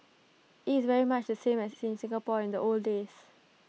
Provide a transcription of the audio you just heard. IT is very much the same as in Singapore in the old days